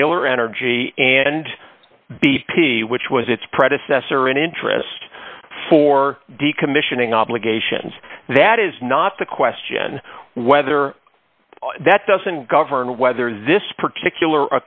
taylor energy and b p which was its predecessor in interest for decommissioning obligations that is not the question whether that doesn't govern whether this particular